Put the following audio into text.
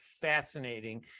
fascinating